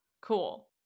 cool